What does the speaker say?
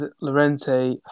Lorente